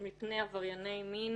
מפני עברייני מין